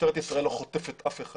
משטרת ישראל לא חוטפת אף אחד.